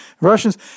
Russians